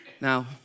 Now